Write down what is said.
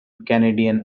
canadian